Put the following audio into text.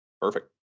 perfect